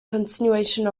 continuation